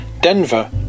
Denver